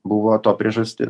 buvo to priežastis